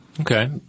Okay